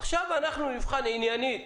עכשיו נבחן עניינית